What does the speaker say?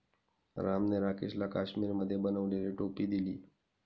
रामने राकेशला काश्मिरीमध्ये बनवलेली टोपी दिली